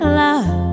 love